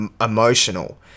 emotional